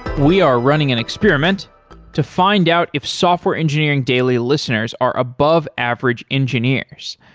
we are running an experiment to find out if software engineering daily listeners are above average engineers.